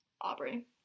Aubrey